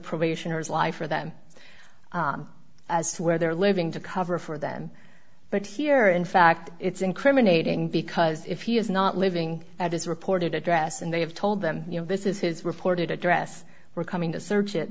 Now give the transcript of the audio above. probationers lie for them as to where they're living to cover for them but here in fact it's incriminating because if he is not living at his reported address and they have told them you know this is his reported address we're coming to search it